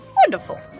Wonderful